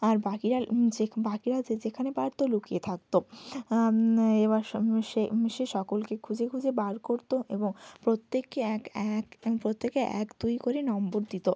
আর বাকিরা যে বাকিরা যে যেখানে পারত লুকিয়ে থাকত এবার সে এসে সকলকে খুঁজে খুঁজে বার করত এবং প্রত্যেককে এক এক প্রত্যেককে এক দুই করে নম্বর দিত